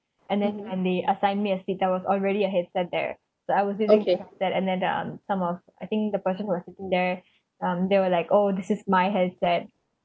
and then when they assigned me a seat there was already a headset there so I was using that headset and then um some of I think the person who was sitting there um they were like oh this is my headset